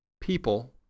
People